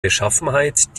beschaffenheit